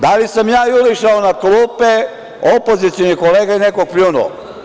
Da li sam ja jurišao na klupe opozicionih kolega ili nekoga pljunuo?